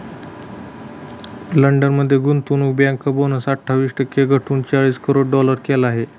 London मध्ये गुंतवणूक bank bonus अठ्ठावीस टक्के घटवून चाळीस करोड डॉलर केला आहे